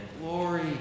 Glory